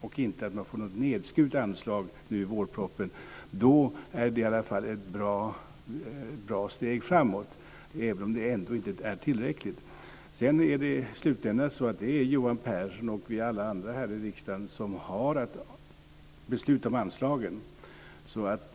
och inte något nedskuret anslag i vårpropositionen är det ett bra steg framåt, även om det inte är tillräckligt. I slutändan är det ändå Johan Pehrson och alla vi andra här i riksdagen som har att besluta om anslagen.